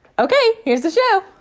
ok, here's the show